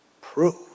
prove